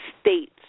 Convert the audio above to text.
states